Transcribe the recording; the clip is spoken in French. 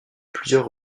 plusieurs